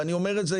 ואני אומר את זה,